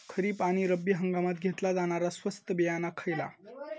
खरीप आणि रब्बी हंगामात घेतला जाणारा स्वस्त बियाणा खयला?